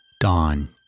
Dawn